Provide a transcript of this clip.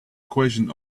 equation